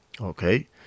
Okay